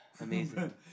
Amazing